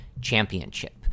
Championship